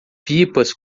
pipas